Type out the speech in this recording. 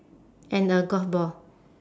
and a golf ball